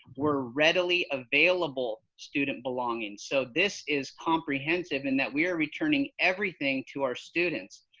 were readily available student belongings so this is comprehensive and that we are returning everything to our students.